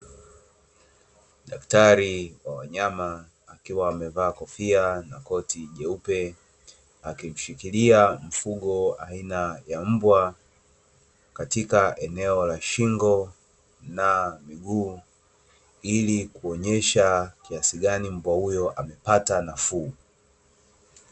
Daktari wa wanyama akiwa amevaa kofia nyeupi akimshikilia shingo na miguu kuonyesha nafuu